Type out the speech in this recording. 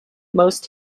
most